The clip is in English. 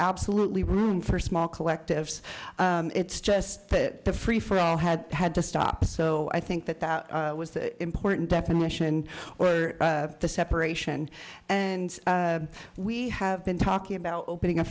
absolutely room for small collectives it's just that the free for all had had to stop so i think that that was the important definition or the separation and we have been talking about opening a